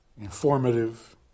informative